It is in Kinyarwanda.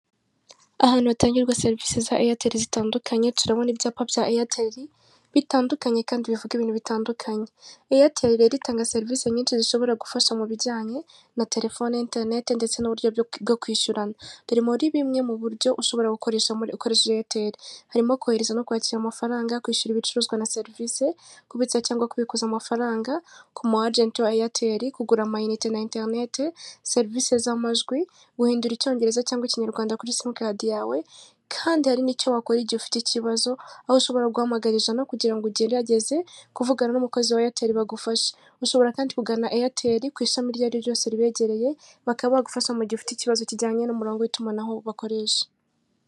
Ahantu hatangirwa serivisi za eyateri zitandukanye, turabona ibyapa bya eyateri bitandukanye kandi bivuga ibintu bitandukanye. Eyateri rero itanga serivisi nyinshi zishobora gufasha mu bijyanye na telefone, interineti ndetse n'uburyo bwo kwishyurana. Dore muri bimwe mu buryo ushobora gukoreshamo ukoresheje eyateri: harimo kohereza no kwakira amafaranga, kwishyura ibicuruzwa na serivisi, kubitsa cyangwa kubikuza amafaranga kumu ajenti wa eyateri kugura ama unite na interineti, serivisi z'amajwi, guhindura icyongereza cyangwa ikinyarwanda kuri simukadi yawe, kandi hari'icyo wakora igihe ufite ikibazo aho ushobora guhamagara ijana, kugira ngo ugerageze kuvugana n'umukozi wa eyateri bagufashe. Ushobora kandi kugana eyateri ku ishami iryo ari ryose ribegereye, bakaba gufasha mugihe ufite ikibazo kijyanye n'umurongo w'itumanaho bakoresha.